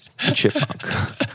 Chipmunk